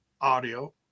audio